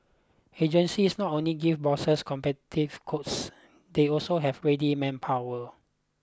agencies not only give bosses quotes they also have ready manpower